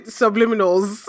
subliminals